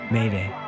Mayday